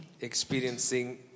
experiencing